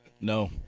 No